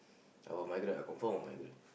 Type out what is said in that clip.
I will migrate I confirm will migrate